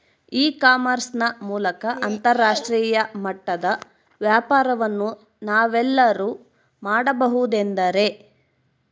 E commerce ನ ಮೂಲಕ ಅಂತರಾಷ್ಟ್ರೇಯ ಮಟ್ಟದ ವ್ಯಾಪಾರವನ್ನು ನಾವೆಲ್ಲರೂ ಮಾಡುವುದೆಂದರೆ?